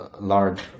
large